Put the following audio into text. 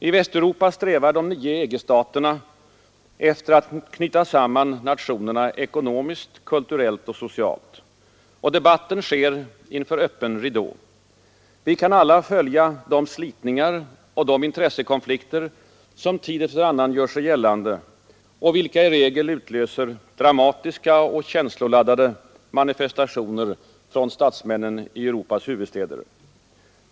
I Västeuropa strävar de nio EG-staterna efter att knyta samman nationerna ekonomiskt, kulturellt och socialt. Debatten sker inför öppen ridå. Vi kan alla följa de slitningar och de intressekonflikter som tid efter annan gör sig gällande och vilka i regel utlöser dramatiska och känsloladdade manifestationer från statsmännen i Europas huvudstäder.